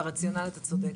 ברציונל אתה צודק.